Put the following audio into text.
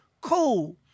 Cool